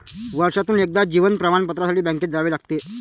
वर्षातून एकदा जीवन प्रमाणपत्रासाठी बँकेत जावे लागते